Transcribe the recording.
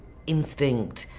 instinct.